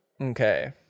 Okay